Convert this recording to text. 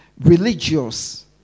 religious